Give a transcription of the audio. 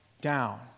down